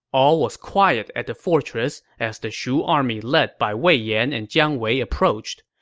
all was quiet at the fortress as the shu army led by wei yan and jiang wei approached.